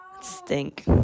stink